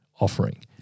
offering